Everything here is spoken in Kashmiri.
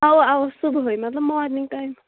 اوا اوا صبحٲے مطلب مارنِگ ٹایمہٕ